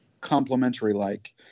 complementary-like